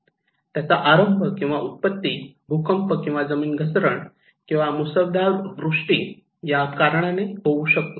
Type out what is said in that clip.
त्याचा आरंभ किंवा उत्पत्ती भूकंप किंवा जमीन घसरण किंवा मुसळधार वृष्टी या कारणाने होऊ शकतो